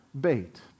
bait